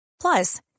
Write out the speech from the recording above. Plus